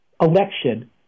election